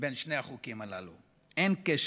בין שני החוקים הללו, אין קשר.